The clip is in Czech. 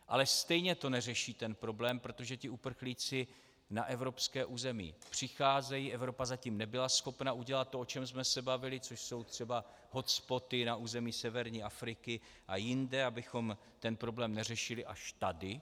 Ale stejně to neřeší ten problém, protože ti uprchlíci na evropské území přicházejí, Evropa zatím nebyla schopna udělat to, o čem jsme se bavili, což jsou třeba hotspoty na území severní Afriky a jinde, abychom ten problém neřešili až tady.